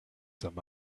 some